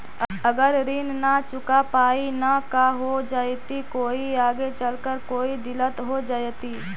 अगर ऋण न चुका पाई न का हो जयती, कोई आगे चलकर कोई दिलत हो जयती?